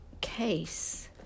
case